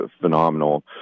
phenomenal